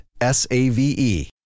S-A-V-E